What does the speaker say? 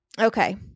Okay